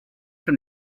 from